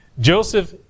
Joseph